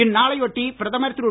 இந்நாளையொட்டி பிரதமர் திரு